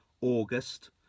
August